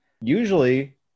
Usually